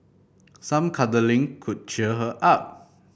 some cuddling could cheer her up